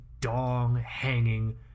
dong-hanging